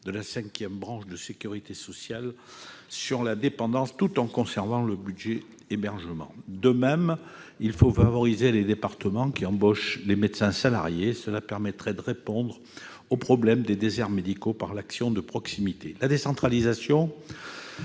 cinquième branche de la sécurité sociale, consacrée à la dépendance, tout en conservant le budget hébergement. De même, il faut favoriser les départements qui embauchent les médecins salariés, afin de répondre au problème des déserts médicaux par l'action de proximité. La décentralisation